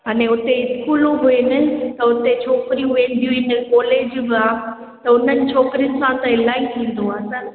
अने उते ई स्कूल बि आहिनि त उते छोकिरियूं वेंदियूं आहिनि कॉलेज बि आहे त उन्हनि छोकिरियुन सां त इलाही थींदो आहे त